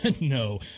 No